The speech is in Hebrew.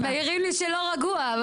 מעירים לי שלא רגוע,